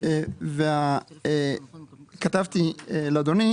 כתבתי לאדוני,